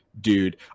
dude